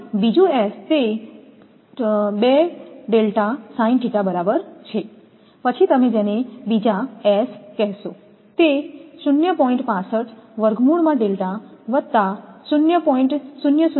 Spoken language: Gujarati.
તેથી બીજું S તે બરાબર છે પછી તમે જેને બીજા S કહેશો તે બરાબર છે